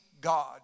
God